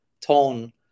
tone